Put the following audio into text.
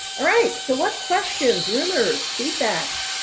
all right. so what questions, rumors, feedback,